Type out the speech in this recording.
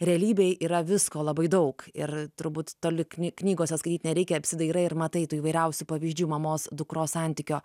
realybėj yra visko labai daug ir turbūt toli kny knygose skaityti nereikia apsidairai ir matai tų įvairiausių pavyzdžių mamos dukros santykio